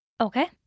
Okay